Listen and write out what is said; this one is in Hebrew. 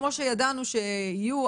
כמו שידענו שיהיו.